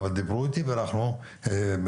אבל דיברו איתי ואנחנו בכיוון.